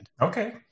okay